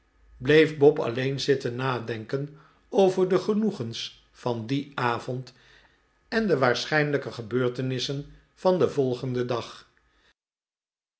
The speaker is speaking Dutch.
bleef bob alleen zitten nadenken over de genoegens van dien avond en de waarschijnlijke gebeurtenissen van den volgenden dag